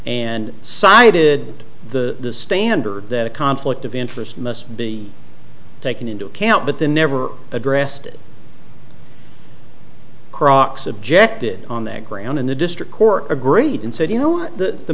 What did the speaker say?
and cited the standard that a conflict of interest must be taken into account but they never addressed it crocs objected on that ground in the district court agreed and said you know